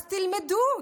אז תלמדו,